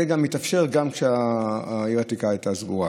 זה התאפשר גם כשהעיר העתיקה הייתה סגורה.